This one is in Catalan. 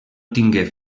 tingué